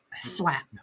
slap